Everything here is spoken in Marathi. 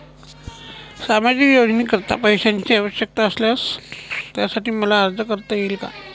सामाजिक योजनेकरीता पैशांची आवश्यकता असल्यास त्यासाठी मला अर्ज करता येईल का?